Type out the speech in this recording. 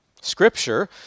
Scripture